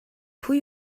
pwy